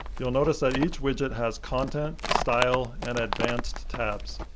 you'll notice that each widget has content, style and advanced tabs.